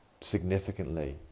significantly